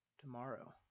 tomorrow